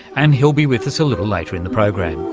and he'll be with us a little later in the program.